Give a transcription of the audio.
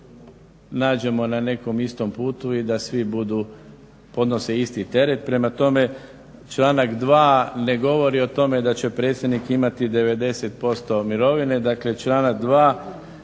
nađemo na nekom istom putu i da svi budu, podnose isti teret. Prema tome, članak 2. ne govori o tome da će predsjednik imati 90% mirovine,